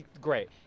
Great